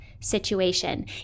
situation